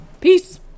Peace